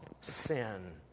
sin